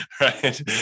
right